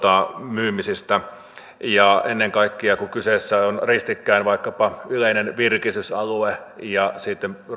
myymisistä ennen kaikkea kun kyseessä on vaikkapa yleinen virkistysalue ja sitten